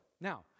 Now